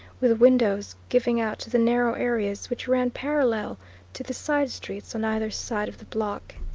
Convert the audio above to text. with windows giving out to the narrow areas which ran parallel to the side streets on either side of the block.